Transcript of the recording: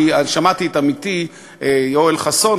כי שמעתי את עמיתי יואל חסון,